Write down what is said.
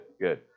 good